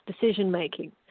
decision-making